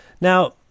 Now